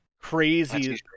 Crazy